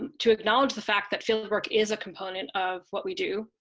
and to acknowledge the fact that field work is a component of what we do.